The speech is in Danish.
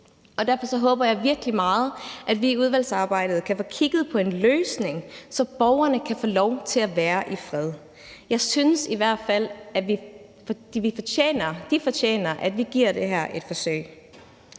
derfor håber jeg virkelig meget, at vi i udvalgsarbejdet kan få kigget på en løsning, så borgerne kan få lov til at være i fred. Jeg synes i hvert fald, at de fortjener, at vi giver det her et forsøg.